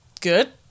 good